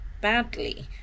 badly